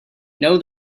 know